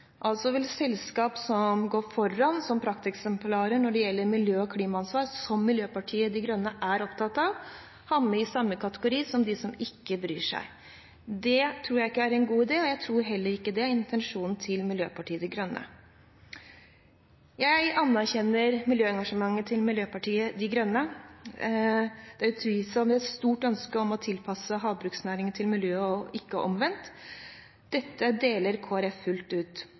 Altså vil selskap som går foran som prakteksemplarer på miljø- og klimaansvar, som Miljøpartiet De Grønne er opptatt av, havne i samme kategori som de som ikke bryr seg. Det tror jeg ikke er en god idé, og jeg tror heller ikke det er intensjonen til Miljøpartiet De Grønne. Jeg anerkjenner miljøengasjementet til Miljøpartiet De Grønne. Det er utvilsomt et stort ønske om å tilpasse havbruksnæringen til miljøet – og ikke omvendt. Dette deler Kristelig Folkeparti fullt ut.